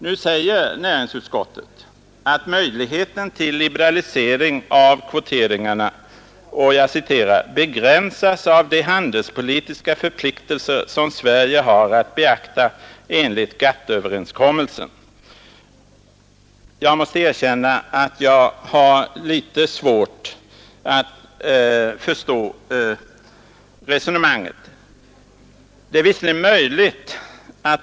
Nu säger näringsutskottet att möjligheten till liberalisering av de här kvoteringarna ”begränsas av de handelspolitiska förpliktelser som Sverige har att iaktta enligt GATT-överenskommelsen”. Jag måste erkänna att jag har litet svårt att förstå det resonemanget.